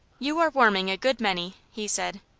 you are warming a good many, he said.